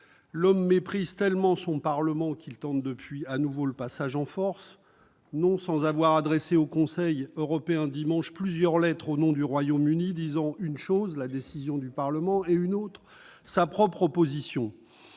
L'homme méprise tellement son Parlement qu'il tente depuis un nouveau passage en force, non sans avoir adressé au Conseil européen, dimanche, plusieurs lettres au nom du Royaume-Uni, disant une chose- la décision du Parlement -et son contraire- sa propre position.